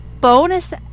bonus